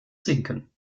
sinken